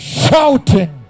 shouting